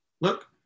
look